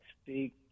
speak